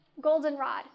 goldenrod